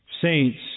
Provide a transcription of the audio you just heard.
saints